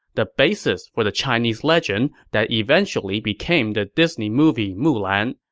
the basis for the chinese legend that eventually became the disney movie mulan.